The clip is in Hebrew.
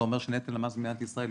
זה אומר שנטל המס במדינת ישראל,